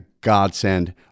godsend